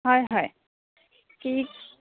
হয় হয় কি